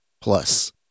Plus